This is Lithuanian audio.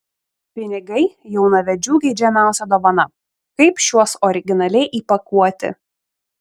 pinigai jaunavedžių geidžiamiausia dovana kaip šiuos originaliai įpakuoti